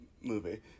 movie